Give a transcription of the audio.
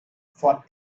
for